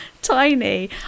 tiny